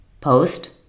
post